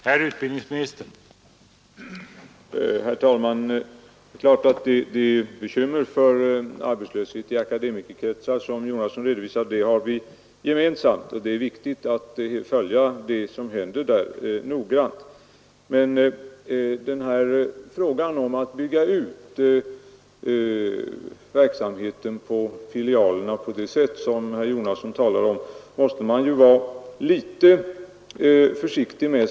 Herr talman! Det bekymmer för arbetslöshet i akademikerkretsar som herr Jonasson redovisade har vi naturligtvis gemensamt, och det är viktigt att följa det som händer noggrant. Att bygga ut verksamheten vid filialerna på det sätt som herr Jonasson talar om måste man emellertid vara litet försiktig med.